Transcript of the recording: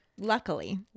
Luckily